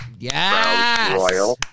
Yes